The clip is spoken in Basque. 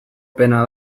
pena